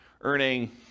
earning